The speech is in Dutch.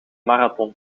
marathon